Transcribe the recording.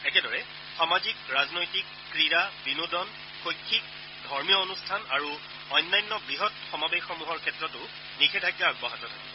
একেদৰে সামাজিক ৰাজনৈতিক ক্ৰীড়া বিনোদন শৈক্ষিক ধৰ্মীয় অনুষ্ঠান আৰু অন্যান্য বৃহৎ সমাৱেশসমূহৰ ক্ষেত্ৰতো নিষেধাজ্ঞা অব্যাহত থাকিব